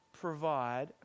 provide